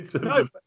No